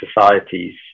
societies